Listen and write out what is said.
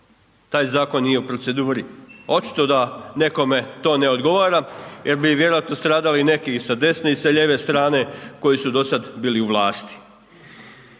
taj zakon nije u proceduri? Očito da nekome to ne odgovara jer bi vjerojatno stradali neki i sa desne i sa lijeve strane koji su do sada bili u vlasti.